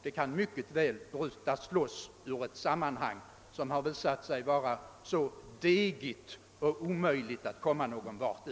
Det kan mycket väl brytas loss ur ett sammanhang som har visat sig vara så degigt och omöjligt att komma någon vart i.